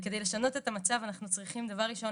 כדי לשנות את המצב אנחנו צריכים דבר ראשון